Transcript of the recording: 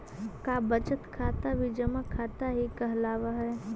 का बचत खाता भी जमा खाता ही कहलावऽ हइ?